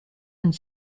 und